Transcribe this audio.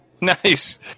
Nice